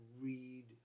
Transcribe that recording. read